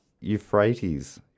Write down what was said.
Euphrates